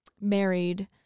married